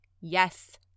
Yes